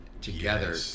together